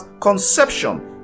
conception